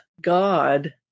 God